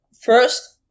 first